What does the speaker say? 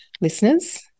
listeners